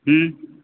हँ